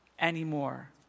anymore